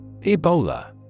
Ebola